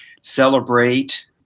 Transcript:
celebrate